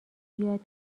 یاد